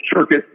circuit